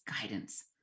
guidance